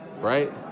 right